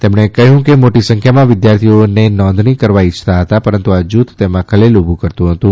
તેમણે કહ્યું કે મોટી સંખ્યામાં વિદ્યાર્થીઓને નોંધણી કરવા ઈચ્છતા હતા પરંતુ આ જૂથ તેમાં ખલેલ ઊભું કરતું હતું